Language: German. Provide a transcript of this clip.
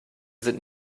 sind